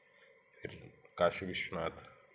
फिर काशी विश्वनाथ